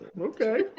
Okay